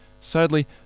Sadly